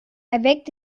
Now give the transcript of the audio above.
erweckt